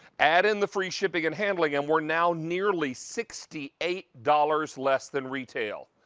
add in the free shipping and handling, and we're now nearly sixty eight dollars less than retail.